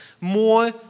More